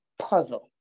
puzzle